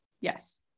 Yes